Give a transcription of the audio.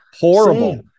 Horrible